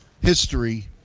history